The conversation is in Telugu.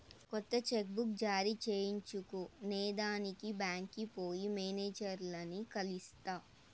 కొత్త చెక్ బుక్ జారీ చేయించుకొనేదానికి బాంక్కి పోయి మేనేజర్లని కలిస్తి